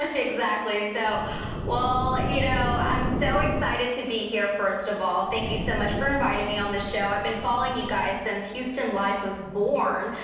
ah exactly. so well, you know i'm so excited to be here, first of all, thank you so much for inviting me on the show. i've been following you guys since houston life was born.